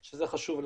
שזה חשוב לנו.